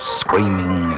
screaming